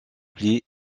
plis